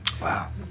Wow